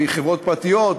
מחברות פרטיות,